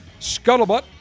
Scuttlebutt